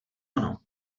ono